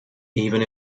even